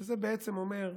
שזה בעצם אומר,